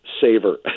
saver